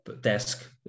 desk